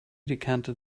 decanted